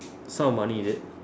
sum of money is it